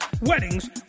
weddings